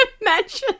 Imagine